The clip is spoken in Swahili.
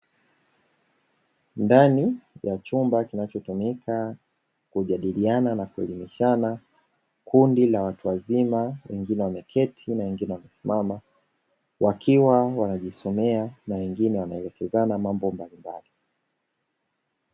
Ndani ya chumba kinachotumika kujadiliana na kuelemishana, kundi la watu wazima, wengine wameketi na wengine wamesimama, wakiwa wanajisomea na wengine wanaelekezana mambo mbalimbali.